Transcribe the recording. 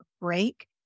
break